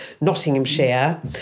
Nottinghamshire